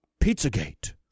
Pizzagate